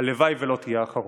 הלוואי שלא תהיה האחרון.